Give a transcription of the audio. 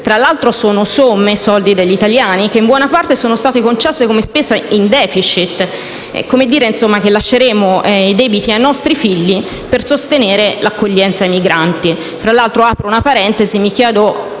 Tra l'altro sono somme - soldi degli italiani - che in buona parte sono state concesse come spesa in *deficit*; come dire che lasceremo i debiti ai nostri figli per sostenere l'accoglienza ai migranti.